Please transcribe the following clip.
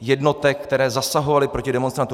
jednotek, které zasahovaly proti demonstrantům.